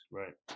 right